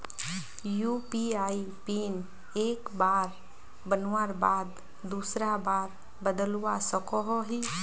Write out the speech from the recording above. UPI PIN एक बार बनवार बाद दूसरा बार बदलवा सकोहो ही?